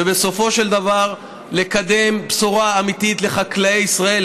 ובסופו של דבר לקדם בשורה אמיתית לחקלאי ישראל.